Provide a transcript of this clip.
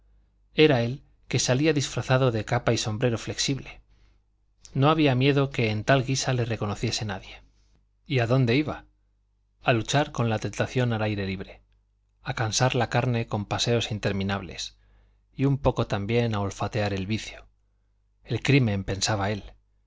era él que salía disfrazado de capa y sombrero flexible no había miedo que en tal guisa le reconociera nadie y adónde iba a luchar con la tentación al aire libre a cansar la carne con paseos interminables y un poco también a olfatear el vicio el crimen pensaba él